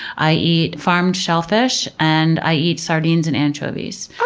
i eat farmed shellfish. and i eat sardines and anchovies,